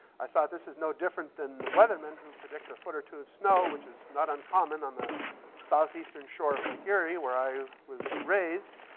i thought this is no different than the weathermen who predict a foot or two of snow, which was not uncommon on the southeastern shore of lake erie, where i was raised,